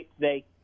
today